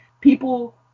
People